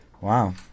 wow